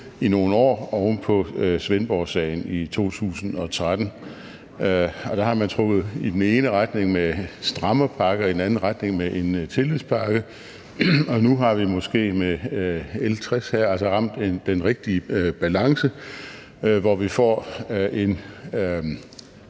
i nogle år oven på Svendborgsagen i 2013. Og der har man trukket i den ene retning med en strammerpakke og i den anden retning med en tillidspakke, og nu har vi måske med L 60 her ramt den rigtige balance, hvor der